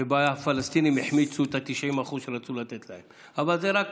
שבה הפלסטינים החמיצו 90% שרצו לתת להם, אבל זה רק